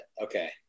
Okay